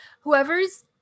whoever's